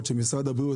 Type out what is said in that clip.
הערות לילה לפני זה.